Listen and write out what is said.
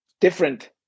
different